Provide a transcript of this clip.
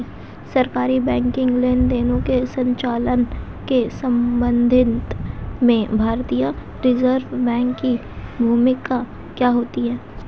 सरकारी बैंकिंग लेनदेनों के संचालन के संबंध में भारतीय रिज़र्व बैंक की भूमिका क्या होती है?